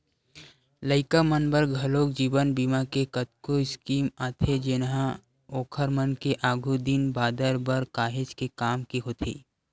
लइका मन बर घलोक जीवन बीमा के कतको स्कीम आथे जेनहा ओखर मन के आघु दिन बादर बर काहेच के काम के होथे